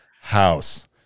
house